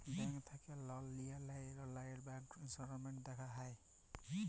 bank থ্যাকে লল লিয়া হ্যয় অললাইল ব্যাংক ইসট্যাটমেল্ট দ্যাখা যায়